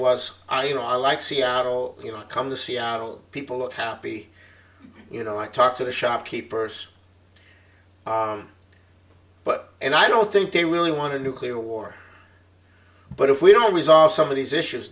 was i you know i like seattle you know come to seattle people of happy you know i talk to the shopkeepers but and i don't think they really want to nuclear war but if we don't resolve some of these issues